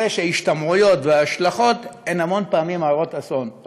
ההשתמעויות וההשלכות הן המון פעמים הרות אסון.